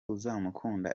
uzamukunda